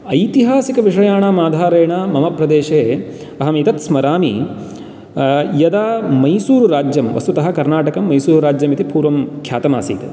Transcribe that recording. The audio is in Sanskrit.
ऐतिहासिकविषयाणाम् आधारेण मम प्रदेशे अहम् एतत् स्मरामि यदा मैसूरुराज्यं वस्तुतः कर्णाटकं मैसूरुराज्यम् इति पूर्वं ख्यातम् आसीत्